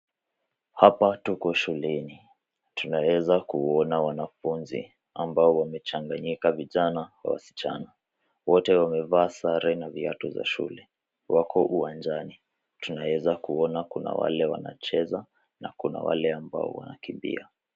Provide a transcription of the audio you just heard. Hapa tuko shuleni. Tunaweza kuona wanafunzi ambao wamechanganyika vijana kwa wasichana. Wote wamevaa sare na viatu za shule . Wako uwanjani. Tunaweza kuona kuna wale wanacheza na kuna wale ambao wanakimbia.